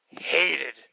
hated